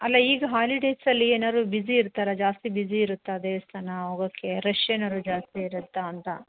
ಅಲ್ಲ ಈಗ ಹಾಲಿಡೇಸಲ್ಲಿ ಏನಾದ್ರು ಬಿಝಿ ಇರ್ತಾರ ಜಾಸ್ತಿ ಬಿಝಿ ಇರುತ್ತಾ ದೇವಸ್ತಾನ ಹೋಗಕ್ಕೆ ರಶ್ ಏನಾದರು ಜಾಸ್ತಿ ಇರುತ್ತಾ ಅಂತ